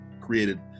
created